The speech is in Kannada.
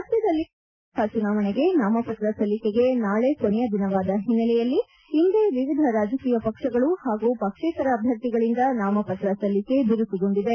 ರಾಜ್ವದಲ್ಲಿ ಮೊದಲ ಹಂತದ ಲೋಕಸಭಾ ಚುನಾವಣೆಗೆ ನಾಮಪತ್ರ ಸಲ್ಲಿಕೆಗೆ ನಾಳೆ ಕೊನೆಯ ದಿನವಾದ ಹಿನ್ನೆಲೆಯಲ್ಲಿ ಇಂದೇ ವಿವಿಧ ರಾಜಕೀಯ ಪಕ್ಷಗಳು ಹಾಗೂ ಪಕ್ಷೇತರ ಅಧ್ವರ್ಥಿಗಳಿಂದ ನಾಮಪತ್ರ ಸಲ್ಲಿಕೆ ಬಿರುಸುಗೊಂಡಿದೆ